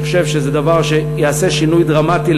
אני חושב שזה דבר שיעשה שינוי דרמטי,